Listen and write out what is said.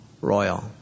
royal